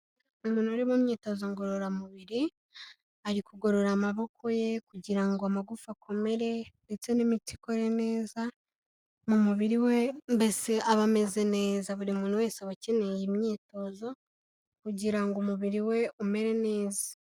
Umuntu uri mu imyitozo ngororamubiri, ari kugorora amaboko ye kugira ngo amagufa akomere ndetse n'imitsi ikore neza, mu mubiri we mbese aba ameze neza. Buri muntu wese aba akeneye iyi myitozo kugira ngo umubiri we umere neza.